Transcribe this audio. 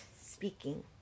speaking